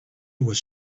was